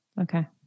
okay